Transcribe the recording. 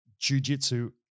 jujitsu